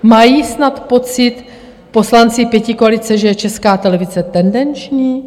Mají snad pocit poslanci pětikoalice, že je Česká televize tendenční?